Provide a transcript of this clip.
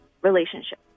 relationship